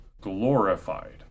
glorified